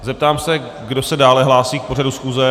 Zeptám se, kdo se dále hlásí k pořadu schůze.